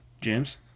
James